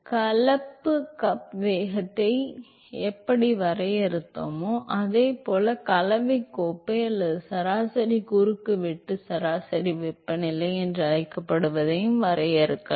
கலப்பு கப் வேகத்தை எப்படி வரையறுத்தோமோ அதே போல் கலவை கோப்பை அல்லது சராசரி குறுக்குவெட்டு சராசரி வெப்பநிலை என அழைக்கப்படுவதையும் வரையறுக்கலாம்